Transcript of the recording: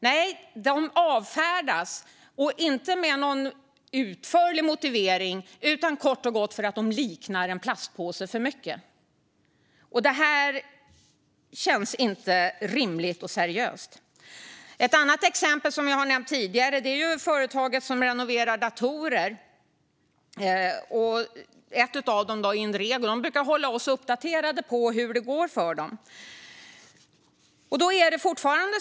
Nej, de avfärdas - inte med en utförlig motivering utan kort och gott för att de liknar en plastpåse för mycket. Det känns inte rimligt och seriöst. Ett annat exempel jag har nämnt tidigare är företag som renoverar datorer. Företaget Inrego brukar hålla oss uppdaterade om hur det går för dem.